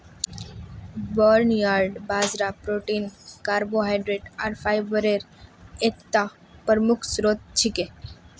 barnyard बाजरा protein carbohydrate आर fibre एकता प्रमुख स्रोत छिके